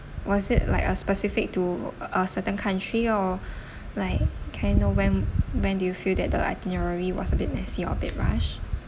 was it like a specific to a certain country or like can I know when when do you feel that the itinerary was a bit messy or a bit rushed